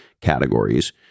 categories